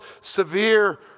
severe